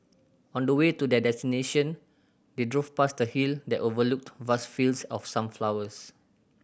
on the way to their destination they drove past a hill that overlooked vast fields of sunflowers